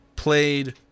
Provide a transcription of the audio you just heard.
Played